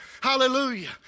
Hallelujah